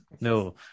no